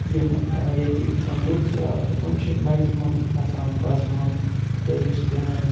یِم ییٚتِکۍ لُکھ چھِ تِم چھِ مٮ۪گزِمَم آسان پَسمانٛدٕ تہٕ یُس تِہٕنٛز